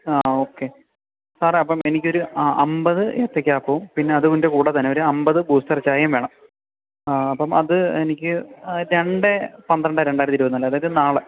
ആ ഓക്കെ സാറെ അപ്പം എനിക്ക് ഒരു ആ അമ്പത് ഏത്തയ്ക്ക അപ്പവും പിന്നെ അതിൻ്റെ കൂടെ തന്നെ ഒരു അമ്പത് ബൂസ്റ്റർ ചായയും വേണം ആ അപ്പം അത് എനിക്ക് രണ്ട് പന്ത്രണ്ട് രണ്ടായിരത്തി ഇരുപത്തി നാല് അതായത് നാളെ